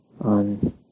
on